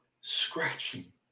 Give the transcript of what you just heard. scratching